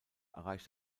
erreicht